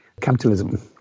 capitalism